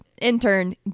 intern